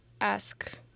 ask